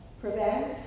prevent